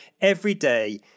everyday